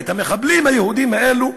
של המחבלים היהודים האלו,